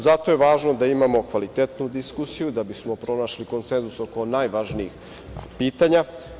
Zato je važno da imamo kvalitetnu diskusiju da bismo pronašli konsenzus oko najvažnijih pitanja.